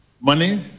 money